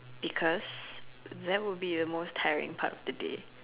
because that would be the most tiring part of the day